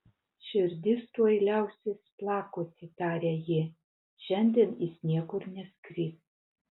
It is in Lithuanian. širdis tuoj liausis plakusi tarė ji šiandien jis niekur neskris